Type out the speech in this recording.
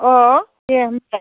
अह दे होनबालाय